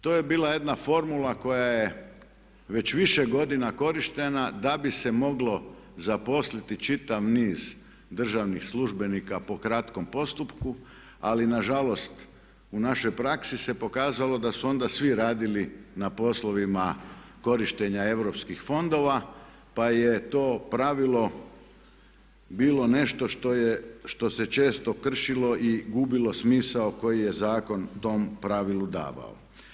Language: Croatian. To je bila jedna formula koja je već više korištena da bi se moglo zaposliti čitav niz državnih službenika po kratkom postupku ali nažalost u našoj praksi se pokazalo da su onda svi radili na poslovima korištenja Europskih fondova pa je to pravilo bilo nešto što se često kršilo i gubilo smisao koji je zakon tom pravilu davao.